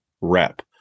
rep